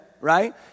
right